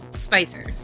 Spicer